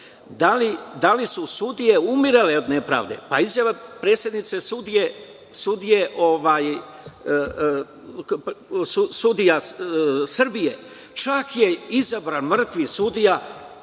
Da li su sudije umirale od nepravde? Izjava predsednice sudija Srbije. Čak je izabran mrtvi sudija